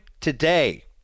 today